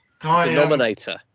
denominator